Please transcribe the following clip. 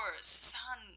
son